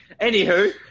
Anywho